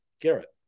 Garrett